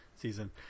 season